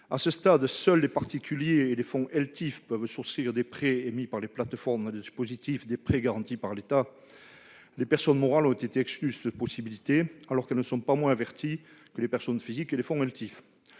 européens d'investissement de long terme (Eltif) peuvent souscrire des prêts émis par des plateformes dans le dispositif des prêts garantis par l'État. Les personnes morales ont été exclues de cette possibilité, alors qu'elles ne sont pas moins averties que les personnes physiques et les fonds Eltif.